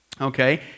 Okay